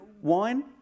wine